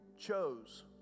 chose